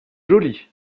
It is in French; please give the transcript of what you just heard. joli